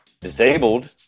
disabled